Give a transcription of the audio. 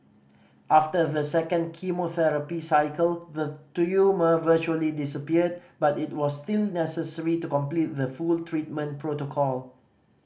after the second chemotherapy cycle the tumour virtually disappeared but it was still necessary to complete the full treatment protocol